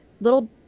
little